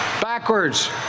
backwards